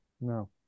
No